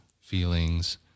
feelings